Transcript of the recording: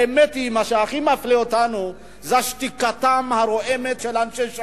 האמת היא שמה שהכי מפלה אותנו זה שתיקתם הרועמת של אנשי ש"ס.